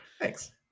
Thanks